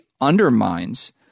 undermines